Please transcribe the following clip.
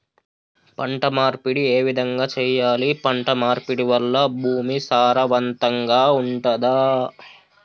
పంట మార్పిడి ఏ విధంగా చెయ్యాలి? పంట మార్పిడి వల్ల భూమి సారవంతంగా ఉంటదా?